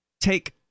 take